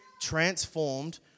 transformed